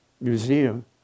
museum